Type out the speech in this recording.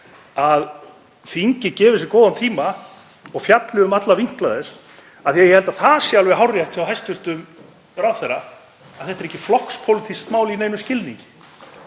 að þingið gefi sér góðan tíma og fjalli um alla vinkla málsins af því að ég held að það sé alveg hárrétt hjá hæstv. ráðherra að þetta er ekki flokkspólitískt mál í neinum skilningi.